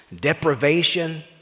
deprivation